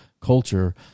culture